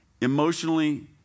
emotionally